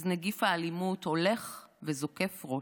אז נגיף האלימות הולך וזקוף ראש.